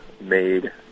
made